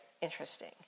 interesting